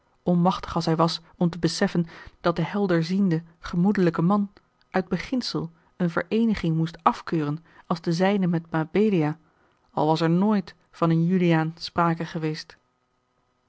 onmachtig als hij was om te beseffen dat de helderziende gemoedelijke man uit beginsel eene vereeniging moest afkeuren als de zijne met mabelia al was er nooit van een juliaan sprake geweest